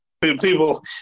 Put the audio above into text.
People